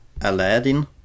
Aladdin